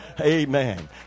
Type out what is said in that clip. Amen